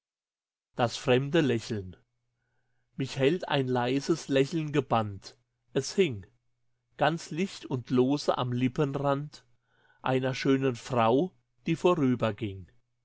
wird mich hält ein leises lächeln gebannt es hing ganz licht und lose am lippenrand einer schönen frau die vorüberging